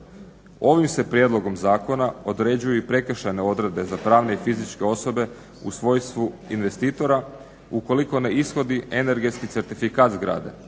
Ovim se prijedlogom zakona određuju i prekršajne odredbe za pravne i fizičke osobe u svojstvu investitora ukoliko ne ishodi energetski certifikat zgrade,